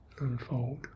unfold